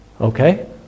Okay